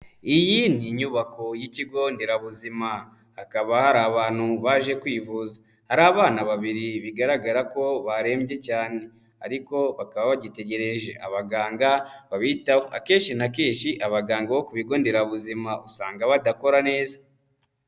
Iyi ni inyubako y'ikigo nderabuzima, hakaba hari abantu baje kwivuza. Hari abana babiri bigaragara ko barembye cyane ariko bakaba bagitegereje abaganga babitaho, akenshi na kenshi abaganga bo ku bigo nderabuzima usanga badakora neza.